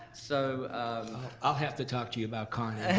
so i'll have to talk to you about connie.